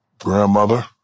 Grandmother